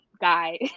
guy